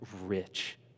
rich